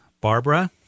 Barbara